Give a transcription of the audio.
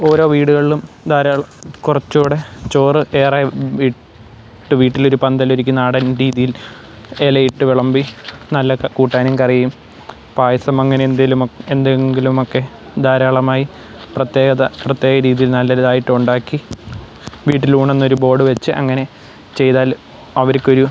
ഓരോ വീടുകളിലും ധാരാളം കുറച്ചുകൂടെ ചോറ് ഏറെ വീ വീട്ടിൽ ഒരു പന്തൽ ഒരുക്കി നാടൻ രീതിയിൽ ഇലയിട്ട് വിളമ്പി നല്ല ക് കൂട്ടാനും കറിയും പായസം അങ്ങനെ എന്തെങ്കിലും എന്തെങ്കിലും ഒക്കെ ധാരാളമായി പ്രത്യേകത പ്രത്യേക രീതിയിൽ നല്ല ഒരു ഇതായിട്ട് ഉണ്ടാക്കി വീട്ടിലൂണ് എന്നൊരു ബോർഡ് വെച്ച് അങ്ങനെ ചെയ്താൽ അവർക്കൊരു